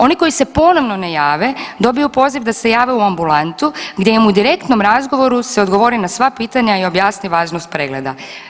Oni koji se ponovo ne jave dobiju poziv da se jave u ambulantu gdje im u direktom razgovoru se odgovori na sva pitanja i objasni važnost pregleda.